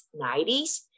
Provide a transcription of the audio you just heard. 90s